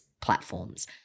platforms